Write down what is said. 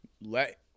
let